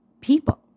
people